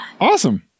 awesome